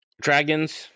dragons